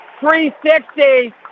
360